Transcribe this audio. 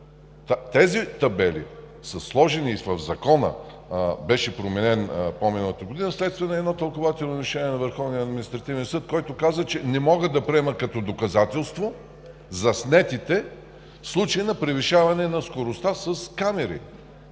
Тези табели са сложени в Закона, беше променен по-миналата година вследствие на едно тълкувателно решение на Върховния административен съд, който каза, че не могат да приемат като доказателство заснетите в случай на превишаване на скоростта с камери.